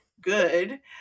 good